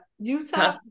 Utah